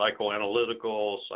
psychoanalytical